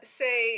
say